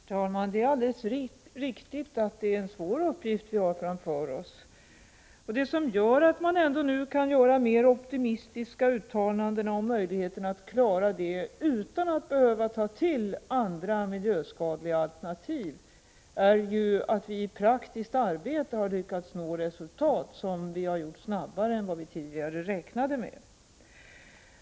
Herr talman! Det är alldeles riktigt att det är en svår uppgift vi har framför oss. Det som gör att man nu ändå kan göra mer optimistiska uttalanden om möjligheten att klara den här uppgiften, utan att behöva ta till andra, miljöskadliga alternativ, är att vi i praktiskt arbete har lyckats nå resultat snabbare än vi tidigare räknade med.